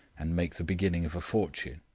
and make the beginning of a fortune.